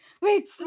wait